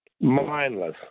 mindless